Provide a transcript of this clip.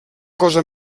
cosa